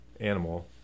animal